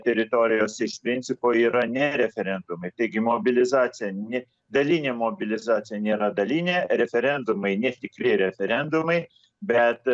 teritorijose iš principo yra ne referendumai taigi mobilizacija ne dalinė mobilizacija nėra dalinė referendumai netikri referendumai bet